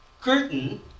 curtain